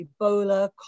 Ebola